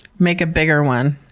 make a bigger one.